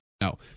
No